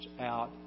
out